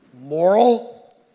moral